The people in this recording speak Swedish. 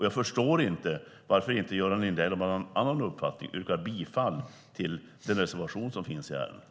Jag förstår inte varför inte Göran Lindell, om han har en annan uppfattning, yrkar bifall till den reservation som finns i ärendet.